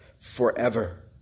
forever